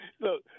Look